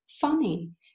funny